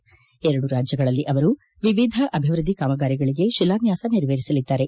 ಈ ಎರಡೂ ರಾಜ್ಯಗಳಲ್ಲಿ ಅವರು ಎವಿಧ ಅಭಿವ್ಯದ್ಧಿ ಕಾಮಗಾರಿಗಳಿಗೆ ಶಿಲಾನ್ತಾಸ ನೆರವೇರಿಸಲಿದ್ದಾರೆ